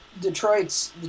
Detroit's